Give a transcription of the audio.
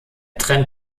trennt